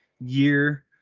year